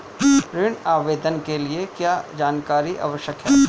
ऋण आवेदन के लिए क्या जानकारी आवश्यक है?